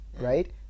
right